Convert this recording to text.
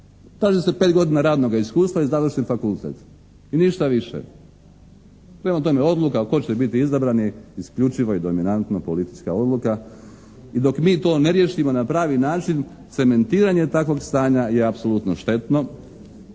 Traži se 5 godina radnoga iskustva i završen fakultet. I ništa više. Prema tome odluka tko će biti izabran isključivo je dominantno politička odluka i dok mi to ne riješimo na pravi način cementiranje takvog stanja je apsolutno štetno.